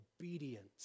obedience